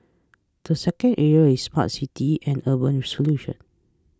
the second area is smart cities and urban solutions